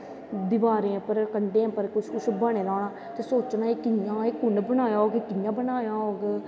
दिवारें पर कंदे पर कुश कुश बनेंदा होंना ते सोचनां एह् कियां कुन बनाया होग